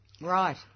Right